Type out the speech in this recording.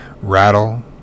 rattle